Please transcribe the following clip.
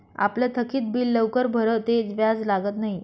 आपलं थकीत बिल लवकर भरं ते व्याज लागत न्हयी